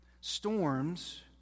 Storms